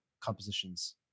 compositions